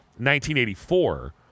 1984